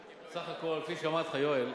סך הכול, כפי שאמרתי לך, יואל,